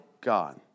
God